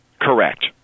Correct